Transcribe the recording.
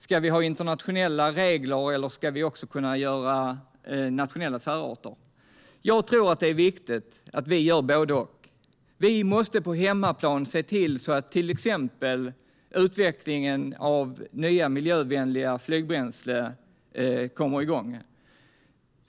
Ska vi ha internationella regler, eller ska vi också kunna göra nationella särarter? Jag tror att det är viktigt att vi gör både och. Vi måste på hemmaplan se till att till exempel utvecklingen av nya miljövänliga flygbränslen kommer igång.